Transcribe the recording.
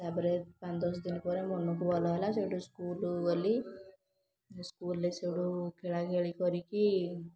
ତାପରେ ପାଞ୍ଚ ଦଶ ଦିନ ପରେ ମନୁକୁ ଭଲ ହେଲା ସେଉଠୁ ସ୍କୁଲ୍ ଗଲି ମୁଁ ସ୍କୁଲ୍ରେ ସେଉଠୁ ଖେଳା ଖେଳି କରିକି